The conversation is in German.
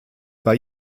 bei